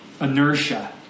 Inertia